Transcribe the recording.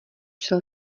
šel